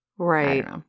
Right